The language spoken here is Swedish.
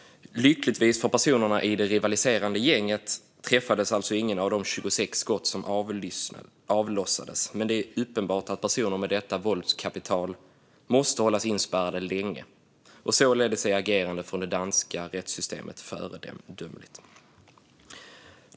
Lyckligtvis för personerna i det rivaliserande gänget träffades alltså ingen av de 26 skott som avlossades, men det är uppenbart att personer med detta våldskapital måste hållas inspärrade länge. Således är agerandet från det danska rättssystemet föredömligt.